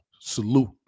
Salute